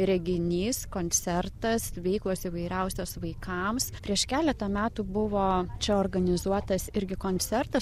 reginys koncertas veiklos įvairiausios vaikams prieš keletą metų buvo čia organizuotas irgi koncertas